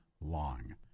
long